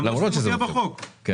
אני